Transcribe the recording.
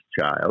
child